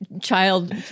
child